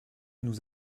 nous